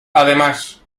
además